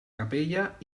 capella